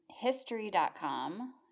history.com